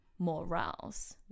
morals